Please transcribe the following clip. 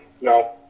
no